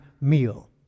meal